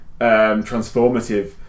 transformative